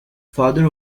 farther